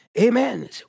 Amen